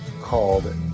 called